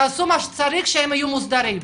תעשו מה שצריך כדי שיהיו מוסדרים.